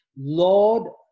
Lord